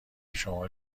شما